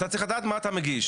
אתה צריך לדעת מה אתה מגיש.